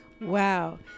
Wow